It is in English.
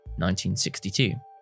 1962